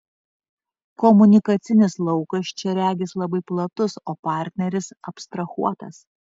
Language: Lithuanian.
komunikacinis laukas čia regis labai platus o partneris abstrahuotas